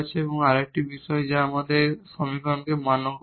এটি আরেকটি বিষয় যা এই সমস্ত সমীকরণকে মান্য করে